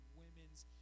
women's